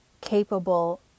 capable